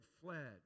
fled